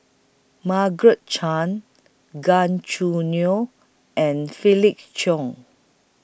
Margaret Chan Gan Choo Neo and Felix Cheong